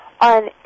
on